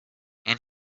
and